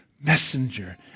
Messenger